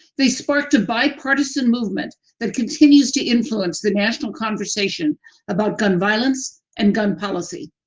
they sparked a bipartisan movement that continues to influence the national conversation about gun violence and gun policy.